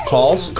Calls